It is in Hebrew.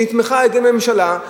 שנתמכה על-ידי הממשלה,